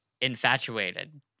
infatuated